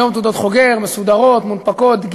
היום תעודות חוגר הן מסודרות, מונפקות, דיגיטליות,